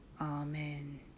Amen